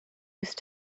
used